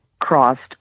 crossed